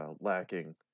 lacking